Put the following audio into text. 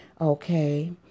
Okay